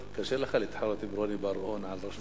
קשה לך להתחרות עם רוני בר-און על ראש הממשלה.